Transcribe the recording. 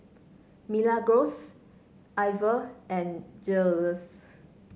Milagros Iver and Giles